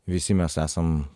visi mes esam